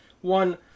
One